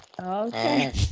Okay